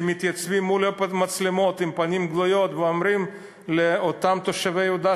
שמתייצבים מול המצלמות עם פנים גלויות ואומרים לאותם תושבי יהודה,